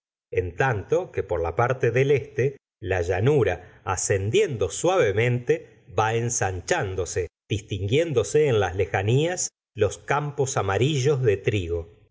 en tanto que por la parte del este la llanura ascendiendo suavemente va ensanchándose distinguiéndose en las lejanías los campos amarillos de trigo